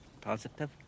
positive